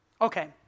Okay